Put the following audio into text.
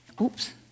oops